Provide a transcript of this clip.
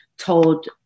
told